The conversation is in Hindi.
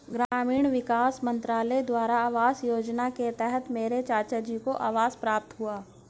ग्रामीण विकास मंत्रालय द्वारा आवास योजना के तहत मेरे चाचाजी को आवास प्राप्त हुआ